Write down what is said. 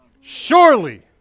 surely